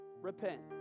repent